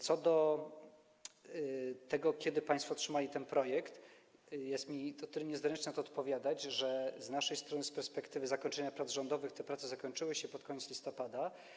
Co do tego, kiedy państwo otrzymali ten projekt, jest mi o tyle niezręcznie na to odpowiadać, że z naszej strony, z perspektywy zakończenia prac rządowych, te prace zakończyły się pod koniec listopada.